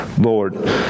Lord